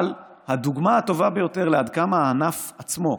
אבל הדוגמה הטובה ביותר לעד כמה הענף עצמו,